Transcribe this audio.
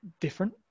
different